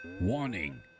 warning